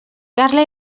carla